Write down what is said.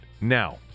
Now